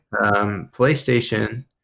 PlayStation